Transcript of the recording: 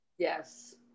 Yes